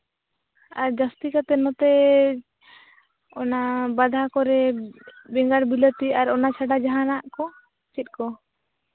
ᱟᱨ ᱡᱟᱹᱥᱛᱤ ᱠᱟᱛᱮᱫ ᱱᱚᱛᱮ ᱚᱱᱟ ᱵᱟᱫᱷᱟ ᱠᱚᱨᱮ ᱵᱮᱸᱜᱟᱲ ᱵᱤᱞᱟᱹᱛᱤ ᱟᱨ ᱚᱱᱟ ᱠᱚ ᱪᱷᱟᱰᱟ ᱡᱟᱦᱟᱱᱟᱜ ᱠᱚ ᱪᱮᱫ ᱠᱚ